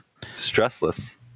Stressless